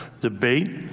debate